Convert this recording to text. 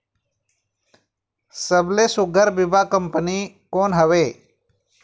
सबले सुघ्घर बीमा कंपनी कोन हवे?